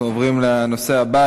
אנחנו עוברים לנושא הבא,